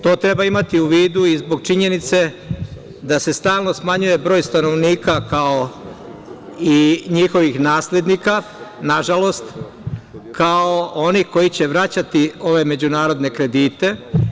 To treba imati u vidu i zbog činjenice da se stalno smanjuje broj stanovnika, kao i njihovih naslednika, nažalost, kao onih koji će vraćati ove međunarodne kredite.